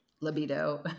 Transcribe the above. libido